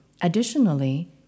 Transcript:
Additionally